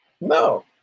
No